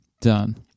done